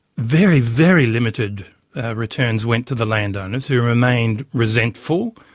very, very limited returns went to the landowners who remained resentful,